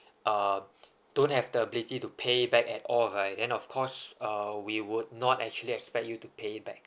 uh don't have the ability to pay back at all right then of course uh we would not actually expect you to pay back